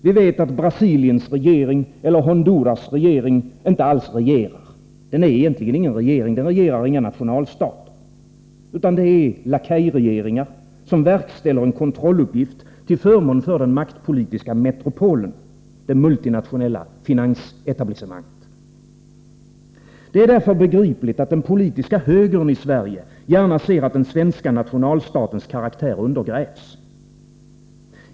Vi vet att Brasiliens och Honduras regeringar inte alls regerar några nationalstater. De är lakejregeringar, som verkställer en kontrolluppgift till förmån för den maktpolitiska metropolen — det multinationella finansetablissemanget. Det är därför begripligt att den politiska högern i Sverige gärna ser att den svenska nationalstatens karaktär undergrävs.